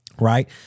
right